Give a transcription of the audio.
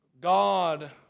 God